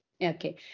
okay